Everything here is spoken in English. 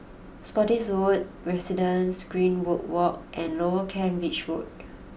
Spottiswoode Residences Greenwood Walk and Lower Kent Ridge Road